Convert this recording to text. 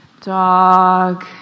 Dog